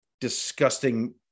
disgusting